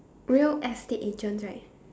real estate agents right